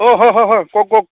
অঁ হয় হয় হয় কওক কওক